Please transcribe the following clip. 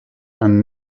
and